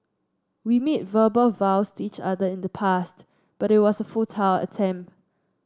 we made verbal vows to each other in the past but it was a attempt